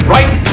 Right